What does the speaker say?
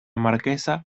marquesa